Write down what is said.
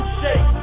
shake